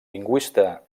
lingüista